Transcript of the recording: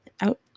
out